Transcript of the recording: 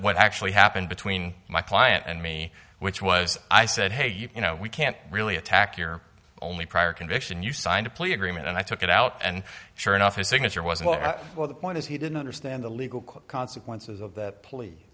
what actually happened between my client and me which was i said hey you know we can't really attack you're only prior conviction you signed a plea agreement and i took it out and sure enough his signature was well the point is he didn't understand the legal consequences of that